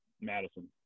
Madison